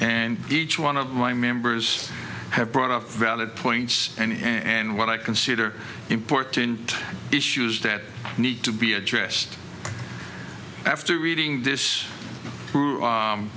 and each one of my members have brought up valid points and what i consider important issues that need to be addressed after reading this